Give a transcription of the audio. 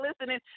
listening